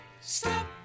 stop